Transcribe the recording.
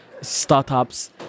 startups